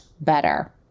better